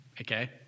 Okay